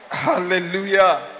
hallelujah